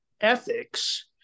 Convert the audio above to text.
ethics